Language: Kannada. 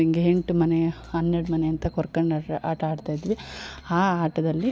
ಹಿಂಗೆ ಎಂಟು ಮನೆ ಹನ್ನೆರಡು ಮನೆ ಅಂತ ಕೊರ್ಕೊಂಡ್ ಆಟ ಆಡ್ತಾ ಇದ್ವಿ ಆ ಆಟದಲ್ಲಿ